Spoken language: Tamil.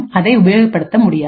அதை உபயோகப்படுத்த முடியாது